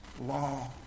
law